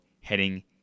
heading